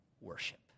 worship